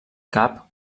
cap